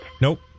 Nope